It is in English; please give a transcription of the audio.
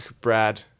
Brad